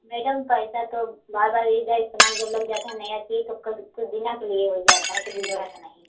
madam पैसा तो बार बार एक बार जब सामान लग जाता है नया चीज़ तो कुछ दिनों के लिए हो जाता है तो बिगड़ता नहीं